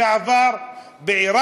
זה עבר בעיראק,